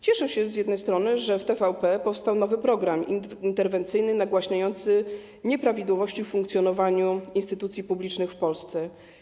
Cieszę się z jednej strony, że w TVP powstał nowy program interwencyjny nagłaśniający nieprawidłowości w funkcjonowaniu instytucji publicznych w Polsce.